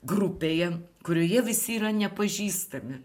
grupėje kurioje visi yra nepažįstami